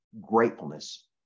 gratefulness